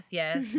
yes